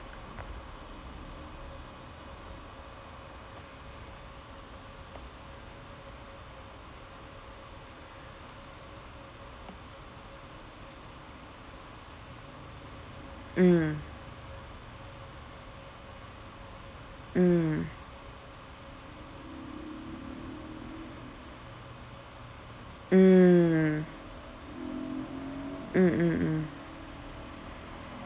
mm mm mm mm mm mm